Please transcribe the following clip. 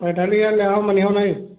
पैंताली हजार लेहो मनिहो नहीं